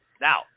Now